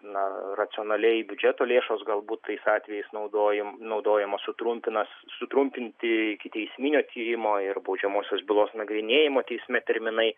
na racionaliai biudžeto lėšos galbūt tais atvejais naudojam naudojamos sutrumpina sutrumpinti ikiteisminio tyrimo ir baudžiamosios bylos nagrinėjimo teisme terminai